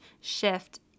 shift